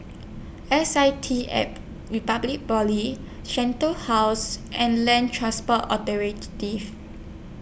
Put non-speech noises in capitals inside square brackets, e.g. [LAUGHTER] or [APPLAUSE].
S I T app Republic Poly Shenton House and Land Transport Authority [NOISE]